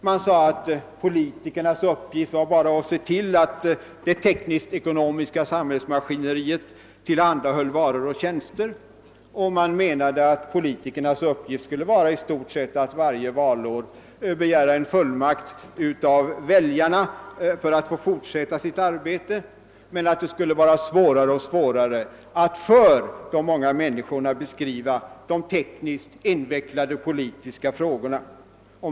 Man sade att politikernas uppgift bara var att se till, att det tekniskt-ekonomiska samhällsmaskineriet tillhandahöll varor och tjänster, och för övrigt i stort sett att varje valår begära en fullmakt av väljarna för att få fortsätta sitt arbete. Däremot skulle det vara allt svårare att för de många människorna beskriva de tekniskt invecklade politiska frågorna.